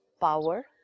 power